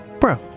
Bro